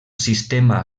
sistema